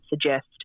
suggest